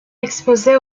exposée